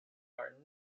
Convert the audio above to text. are